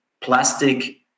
plastic